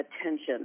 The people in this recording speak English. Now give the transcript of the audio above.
attention